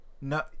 No